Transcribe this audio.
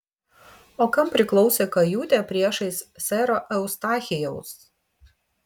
o kam priklausė kajutė priešais sero eustachijaus